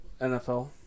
NFL